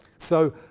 so,